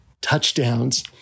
touchdowns